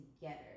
together